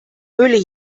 höhle